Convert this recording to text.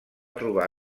trobar